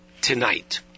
tonight